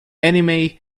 anime